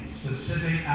specific